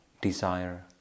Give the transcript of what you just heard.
desire